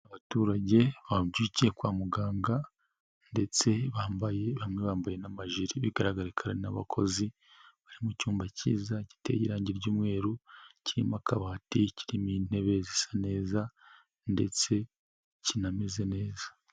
Abaturage babyukiye kwa muganga ndetse bambaye bamwe bambaye n'amajire bigaragako ari n'abakozi bari mu cyumba cyiza, giteye irangi ry'umweru, cyirimo akabati, kirimo intebe zisa neza ndetse kinameze neza.